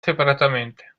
separatamente